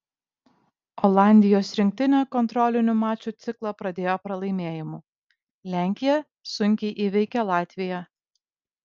olandijos rinktinė kontrolinių mačų ciklą pradėjo pralaimėjimu lenkija sunkiai įveikė latviją